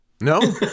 No